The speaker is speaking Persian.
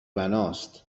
بناست